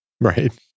Right